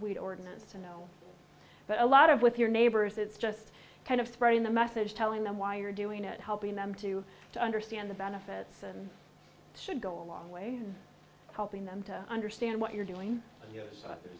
we'd ordinance to know but a lot of with your neighbors it's just kind of spreading the message telling them why you're doing it helping them to understand the benefits and should go a long way to helping them to understand what you're doing